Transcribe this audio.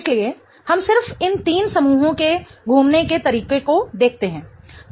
इसलिए हम सिर्फ इन तीन समूहों के घूमने के तरीके को देखते हैं